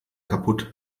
kaputt